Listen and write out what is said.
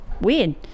Weird